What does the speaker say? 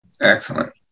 Excellent